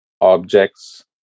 objects